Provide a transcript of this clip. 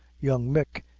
young mick,